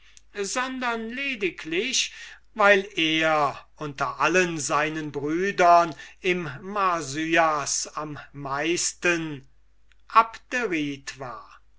sondern lediglich weil er unter allen seinen brüdern im marsyas am meisten abderit war